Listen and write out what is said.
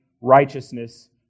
righteousness